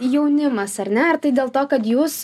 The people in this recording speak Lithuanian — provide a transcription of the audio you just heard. jaunimas ar ne ar tai dėl to kad jūs